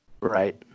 right